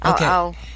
Okay